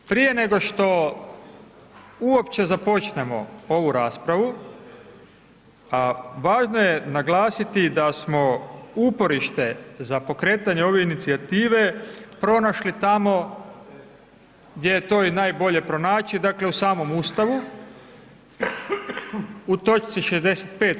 Dakle prije nego što uopće započnemo ovu raspravu a važno je naglasiti da smo uporište za pokretanje ove inicijative pronašli tamo gdje je to i najbolje pronaći dakle u samom Ustavu, u točci 65.